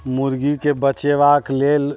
मुर्गीके बचेबाक लेल